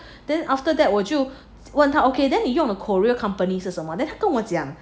then after that 我就问他 okay then 你用的 courier company 是什么 then 他跟我讲